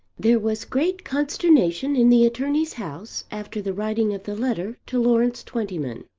there was great consternation in the attorney's house after the writing of the letter to lawrence twentyman.